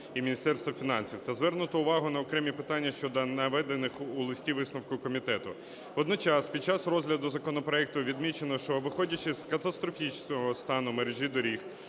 та звернуто увагу на окремі питання щодо наведених у листі-висновку комітету. Водночас під час розгляду законопроекту відмічено, що виходячи з катастрофічного стану мережі доріг,